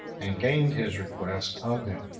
and gained his request of him.